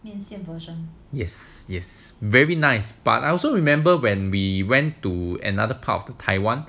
yes yes very nice but I also remember when we went to another part of taiwan